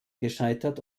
gescheitert